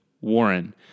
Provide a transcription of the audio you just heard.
Warren